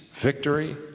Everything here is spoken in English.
Victory